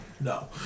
No